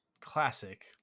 classic